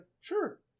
sure